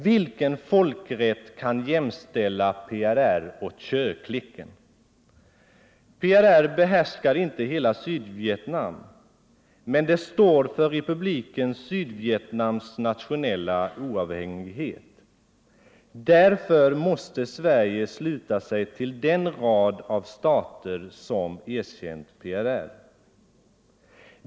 Vilken folkrätt kan jämställa PRR och Thieuklicken? PRR behärskar inte hela Sydvietnam, men det står för republiken Sydvietnams nationella oavhängighet. Därför måste Sverige sluta sig till den rad av stater som erkänt PRR.